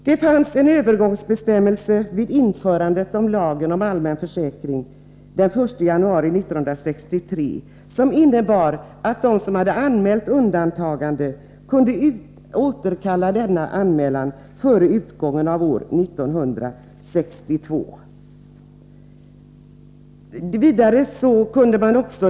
Det fanns en övergångsbestämmelse vid införandet av lagen om allmän försäkring den 1 januari 1963 som innebar att de som anmält undantagande kunde återkalla denna anmälan före utgången av år 1962.